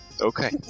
Okay